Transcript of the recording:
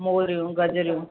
मूरियूं गजरूं